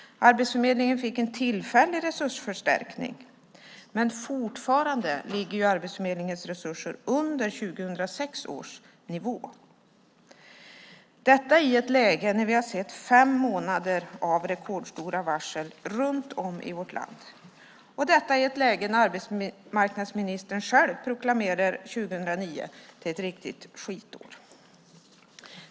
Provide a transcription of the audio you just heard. Arbetsförmedlingen fick en tillfällig resursförstärkning. Men fortfarande ligger Arbetsförmedlingens resurser under 2006 års nivå - detta i ett läge när vi har sett fem månader med rekordstora varsel runt om i vårt land och ett läge när arbetsmarknadsministern själv proklamerar 2009 som ett riktigt skitår.